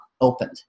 opened